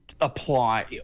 Apply